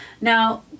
now